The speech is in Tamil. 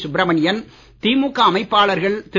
சுப்ரமணியன் திமுக அமைப்பாளர்கள் திரு